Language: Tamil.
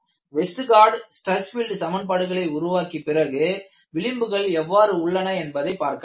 வெஸ்ட் கார்ட் ஸ்ட்ரெஸ் பீல்டு சமன்பாடுகளை உருவாக்கிய பிறகு விளிம்புகள் எவ்வாறு உள்ளன என்பதை பார்க்கலாம்